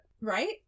Right